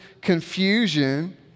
confusion